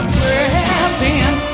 present